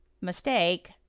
mistake